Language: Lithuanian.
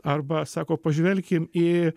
arba sako pažvelkim į